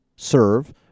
serve